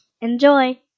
Enjoy